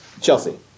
Chelsea